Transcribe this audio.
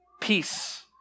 peace